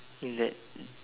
in that